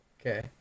Okay